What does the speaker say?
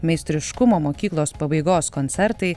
meistriškumo mokyklos pabaigos koncertai